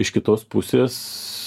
iš kitos pusės